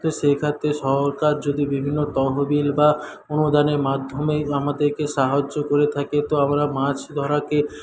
তো সেক্ষেত্রে সরকার যদি বিভিন্ন তহবিল বা অনুদানের মাধ্যমে আমাদেরকে সাহায্য করে থাকে তো আমরা মাছ ধরাকে